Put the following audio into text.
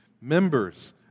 members